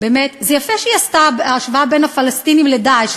זה יפה שהיא עשתה השוואה בין הפלסטינים ל"דאעש",